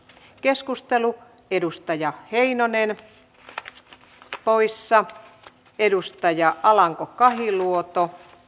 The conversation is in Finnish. keskustelu edustaja heinonen ä poissa edustaja alanko kahiluoto